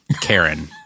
Karen